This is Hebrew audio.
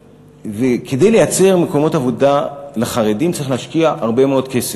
וכדי לייצר מקומות עבודה לחרדים צריך להשקיע הרבה מאוד כסף.